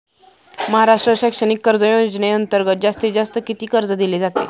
महाराष्ट्र शैक्षणिक कर्ज योजनेअंतर्गत जास्तीत जास्त किती कर्ज दिले जाते?